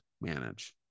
manage